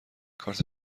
کارت